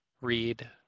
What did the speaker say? read